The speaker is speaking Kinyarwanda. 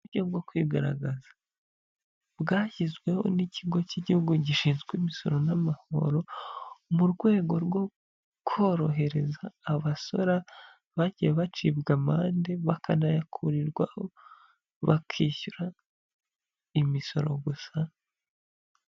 Uburyo bwo kwigaragaza bwashyizweho n'ikigo cy'igihugu gishinzwe imisoro n'amahoro mu rwego rwo korohereza abasora bagiye bacibwa amande bakanayakurirwaho bakishyura imisoro gusa.